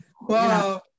Wow